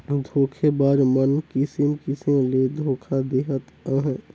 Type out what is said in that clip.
धोखेबाज मन किसिम किसिम ले धोखा देहत अहें